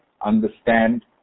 understand